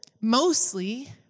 mostly